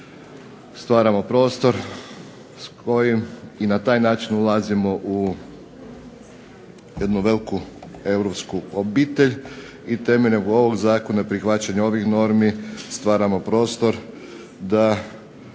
stvaramo prostor s kojim i na taj način ulazimo u jednu veliku europsku obitelj, i temeljem ovog zakona, prihvaćanje ovih normi stvaramo prostor da